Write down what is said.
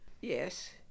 Yes